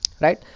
right